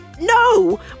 No